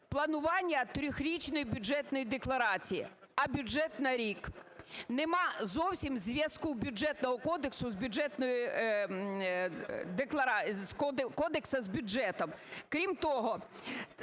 планування трьохрічної Бюджетної декларації, а бюджет на рік. Немає зовсім зв'язку Бюджетного кодексу з бюджетною… кодексу